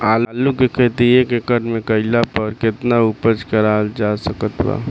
आलू के खेती एक एकड़ मे कैला पर केतना उपज कराल जा सकत बा?